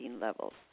levels